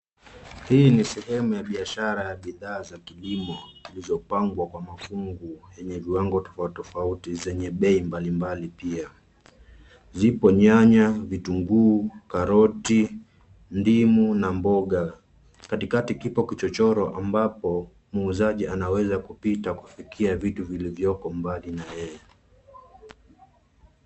Hii ni sehemu ya biashara ya bidhaa za kilimo zilizopangwa kwa mafungu yenye viwango tofauti, tofauti zenye bei mbalimbali pia. Zipo nyanya, vitunguu, karoti, ndimu na mboga. Katikati kipo kichochoro ambapo muuzaji anaweza kupita kufikia vitu vilivyoko mbali na yeye.